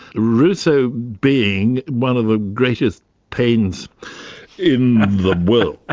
rousseau, being one of the greatest pains in the world,